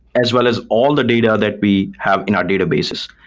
as well as all the data that we have in our databases.